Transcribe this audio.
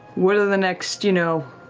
what are the next, you know,